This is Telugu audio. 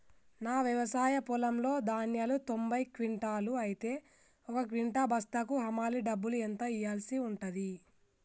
నా వ్యవసాయ పొలంలో ధాన్యాలు తొంభై క్వింటాలు అయితే ఒక క్వింటా బస్తాకు హమాలీ డబ్బులు ఎంత ఇయ్యాల్సి ఉంటది?